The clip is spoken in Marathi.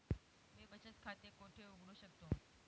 मी बचत खाते कोठे उघडू शकतो?